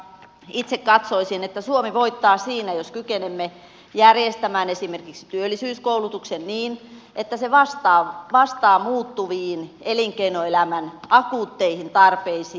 itse katsoisin että suomi voittaa siinä jos kykenemme järjestämään esimerkiksi työllisyyskoulutuksen niin että se vastaa muuttuviin elinkeinoelämän akuutteihin tarpeisiin